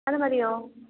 അത് മതിയോ